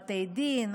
בתי דין,